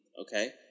Okay